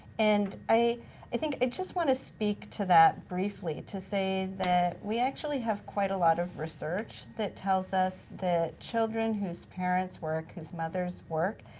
and i i think, i just wanna speak to that briefly to say that we actually have quite a lot of research that tells us that children whose parents work, whose mothers work,